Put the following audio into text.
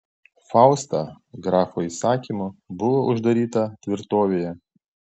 fausta grafo įsakymu buvo uždaryta tvirtovėje